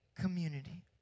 community